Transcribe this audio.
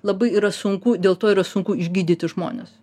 labai yra sunku dėl to yra sunku išgydyti žmones